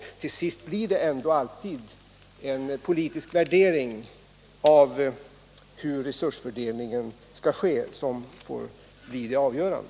Till sist blir det ändå alltid en politisk värdering av hur resursfördelningen skall ske som blir avgörande.